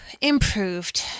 Improved